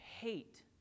hate